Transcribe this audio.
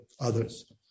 others